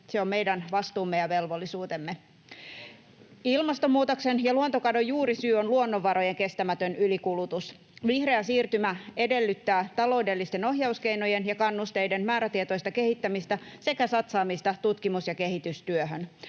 Suomiko sen yksin tekee?] Ilmastonmuutoksen ja luontokadon juurisyy on luonnonvarojen kestämätön ylikulutus. Vihreä siirtymä edellyttää taloudellisten ohjauskeinojen ja kannusteiden määrätietoista kehittämistä sekä satsaamista tutkimus‑ ja kehitystyöhön.